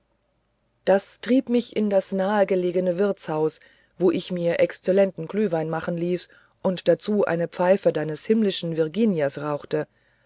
das trieb mich in das nahgelegene wirtshaus wo ich mir exzellenten glühwein machen ließ und dazu eine pfeife deines himmlischen virginiers rauchte